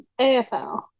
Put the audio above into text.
AFL